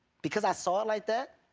because i saw it like that,